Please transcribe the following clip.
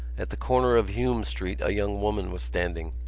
at the corner of hume street a young woman was standing.